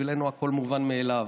בשבילנו הכול מובן מאליו.